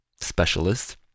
Specialist